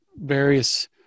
various